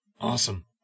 Awesome